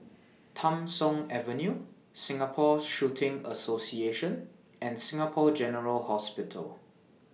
Tham Soong Avenue Singapore Shooting Association and Singapore General Hospital